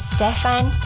Stefan